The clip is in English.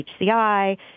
HCI